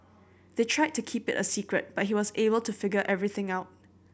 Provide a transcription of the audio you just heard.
they tried to keep it a secret but he was able to figure everything out